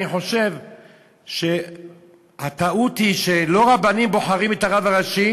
אני חושב שהטעות היא שלא רבנים בוחרים את הרב הראשי.